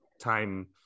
time